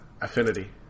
Affinity